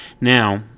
Now